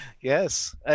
Yes